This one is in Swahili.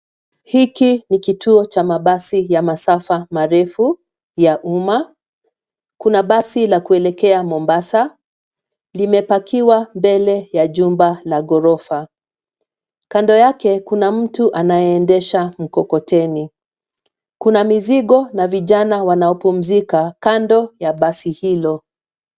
Hiki ni kituo cha mabasi ya masafa marefu, ya umma. Kuna basi la kuelekea mombasa, limepakiwa mbele ya jumba la ghorofa. Kando yake kuna mtu anayeendesha mkokoteni. Kuna mizigo na vijana wanaopumzika kando ya basi hilo.